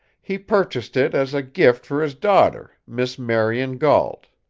he purchased it as a gift for his daughter, miss marion gault.